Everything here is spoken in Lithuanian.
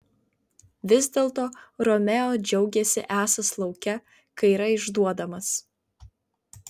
vis dėlto romeo džiaugėsi esąs lauke kai yra išduodamas